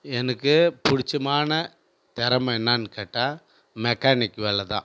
எனக்கு பிடிச்சமான திறம என்னென்னு கேட்டால் மெக்கானிக் வேலை தான்